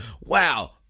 wow